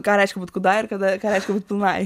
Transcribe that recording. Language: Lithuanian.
ką reiškia būt kūdai ir kada ką reiškia būt pilnai